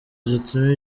zituma